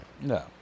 No